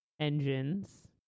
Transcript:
engines